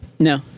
No